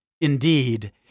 Indeed